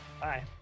Bye